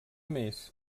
més